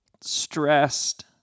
stressed